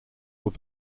were